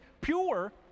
pure